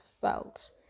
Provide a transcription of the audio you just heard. felt